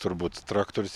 turbūt traktorius